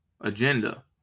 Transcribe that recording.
agenda